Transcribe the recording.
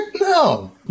no